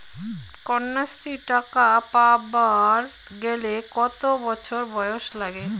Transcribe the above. কন্যাশ্রী টাকা পাবার গেলে কতো বছর বয়স লাগে?